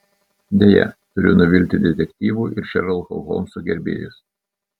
deja turiu nuvilti detektyvų ir šerloko holmso gerbėjus